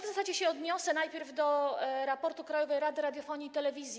W zasadzie się odniosę najpierw do raportu Krajowej Rady Radiofonii i Telewizji.